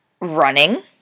running